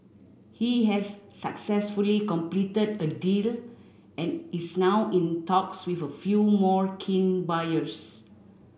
he has successfully completed a deal and is now in talks with a few more keen buyers